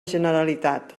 generalitat